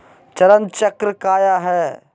चरण चक्र काया है?